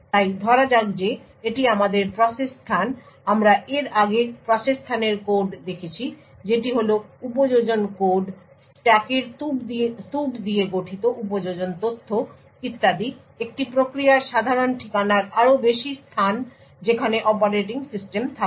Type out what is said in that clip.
তাই ধরা যাক যে এটি আমাদের প্রসেস স্থান আমরা এর আগে প্রসেস স্থানের কোড দেখেছি যেটি হল উপযোজন কোড স্ট্যাকের স্তূপ দিয়ে গঠিত উপযোজন তথ্য ইত্যাদি একটি প্রক্রিয়ার সাধারণ ঠিকানার আরও বেশি স্থান যেখানে অপারেটিং সিস্টেম থাকে